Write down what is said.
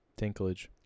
Tinklage